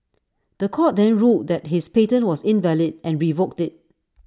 The Court then ruled that his patent was invalid and revoked IT